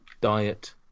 diet